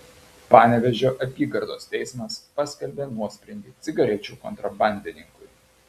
panevėžio apygardos teismas paskelbė nuosprendį cigarečių kontrabandininkui